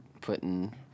putting